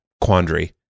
quandary